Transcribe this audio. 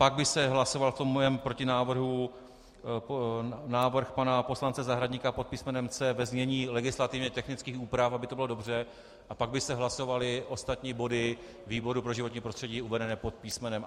Pak by se hlasoval v tom mém protinávrhu návrh pana poslance Zahradníka pod písmenem C ve znění legislativně technických úprav, aby to bylo dobře, a pak by se hlasovaly ostatní body výboru pro životní prostředí uvedené pod písmenem A.